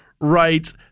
right